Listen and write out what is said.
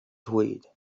tweed